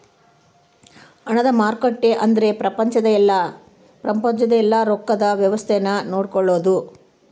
ಹಣದ ಮಾರುಕಟ್ಟೆ ಅಂದ್ರ ಪ್ರಪಂಚದ ಯೆಲ್ಲ ರೊಕ್ಕದ್ ವ್ಯವಸ್ತೆ ನ ನೋಡ್ಕೊಳೋದು